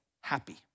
happy